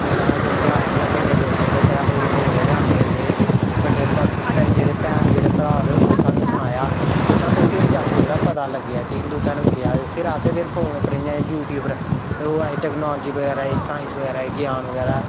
कुसै ने समझाया इ'यां बड्डे लोकें जेह्ड़े साढ़े कोल जेह्के औंदे जंदे हे बड्डे जेह्ड़े भैन जेह्ड़े भ्राऽ होर उ'नें सानूं सनाया ते सानूं फिर जा के जेह्ड़ा पता लग्गेआ कि हिंदू धर्म क्या ऐ असें फिर फोन उप्पर इ'यां यूट्यूब पर ओह् आई टेक्नोलाजी बगैरा आई साईंस बगैरा आई ज्ञान बगैरा